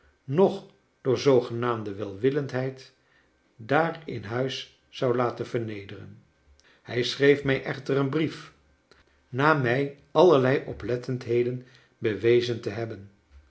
noch door zoogenaamde welwillendheid daar in huis zou laten vernederen hij schreef mij echter een brief na mij allerlei oplettendheden bewezen te hebben